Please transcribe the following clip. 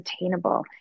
attainable